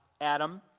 Adam